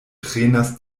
trenas